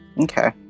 Okay